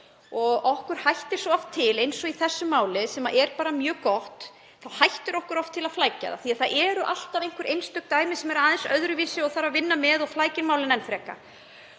Okkur hættir oft til, eins og í þessu máli, sem er bara mjög gott, að flækja það því að það eru alltaf einhver einstök dæmi sem eru aðeins öðruvísi og þarf að vinna með og flækja málin enn frekar.